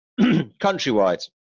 countrywide